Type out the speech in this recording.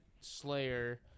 Slayer